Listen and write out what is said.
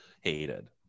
Hated